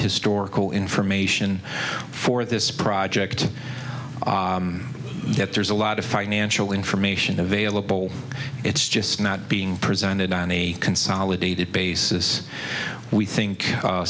information for this project that there's a lot of financial information available it's just not being presented on a consolidated basis we think